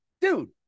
dude